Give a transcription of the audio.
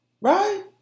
right